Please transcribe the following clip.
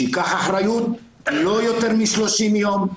שייקח אחריות, לא יותר מ-30 יום.